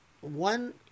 One